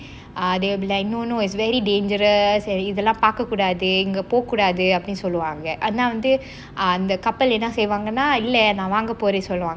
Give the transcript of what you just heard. ah they will be like no no it is very dangerous and